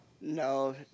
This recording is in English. No